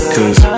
Cause